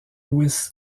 lewis